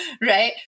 right